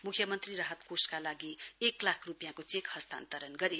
मुख्यमन्त्री राहत कोषका लागि एक लाख रूपियाँको चेक हस्तान्तरण गर्नु भयो